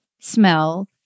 smell